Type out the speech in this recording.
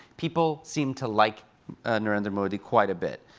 people seem to like narendra modi quite a bit.